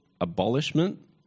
abolishment